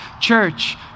church